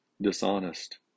dishonest